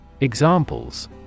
Examples